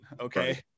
Okay